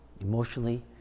emotionally